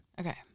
Okay